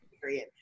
Period